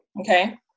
okay